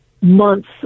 months